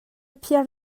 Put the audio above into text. phiar